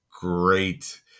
great